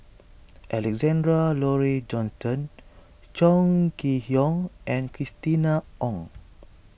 Alexander Laurie Johnston Chong Kee Hiong and Christina Ong